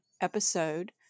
episode